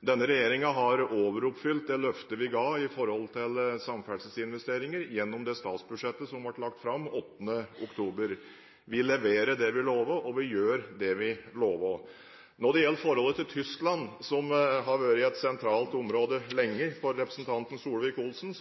Denne regjeringen har overoppfylt det løftet vi ga i forbindelse med samferdselsinvesteringer, gjennom det statsbudsjettet som ble lagt fram 8. oktober. Vi leverer det vi lover, og vi gjør det vi lover. Når det gjelder forholdet til Tyskland, som lenge har vært et sentralt område for representanten Solvik-Olsen,